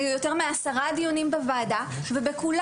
היו יותר מעשרה דיונים בוועדה ובעולם